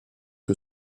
que